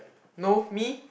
no me